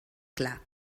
clar